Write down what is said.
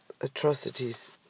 atrocities